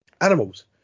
animals